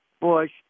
Bush